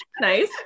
Nice